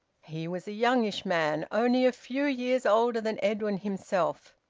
he was a youngish man, only a few years older than edwin himself,